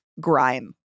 grime